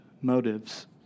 motives